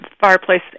fireplace